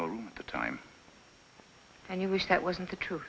at the time and you wish that wasn't the truth